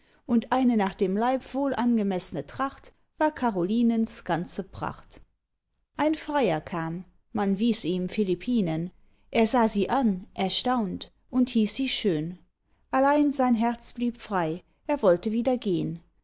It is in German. und eine nach dem leib wohl abgemeßne tracht war carolinens ganze pracht ein freier kam man wies ihm philippinen er sah sie an erstaunt und hieß sie schön allein sein herz blieb frei er wollte wieder gehn